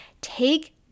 take